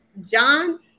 John